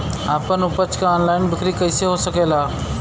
आपन उपज क ऑनलाइन बिक्री कइसे हो सकेला?